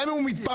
גם אם הוא מתפרנס